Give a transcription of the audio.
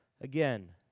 again